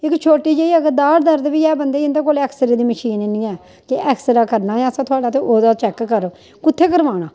इक छोटी जेही अगर दाढ़ दर्द बी ऐ बंदे गी उं'दे कोल ऐक्स रे मशीन निं ऐ कि ऐक्सरा करना असें थुआढ़ा ते चैक्क कर कुत्थै करवां